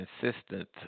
consistent